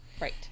Right